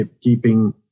keeping